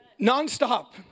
Nonstop